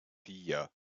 vier